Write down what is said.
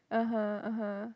(uh huh) (uh huh)